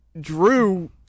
Drew